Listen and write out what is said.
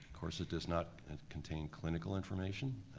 course it does not and contain clinical information,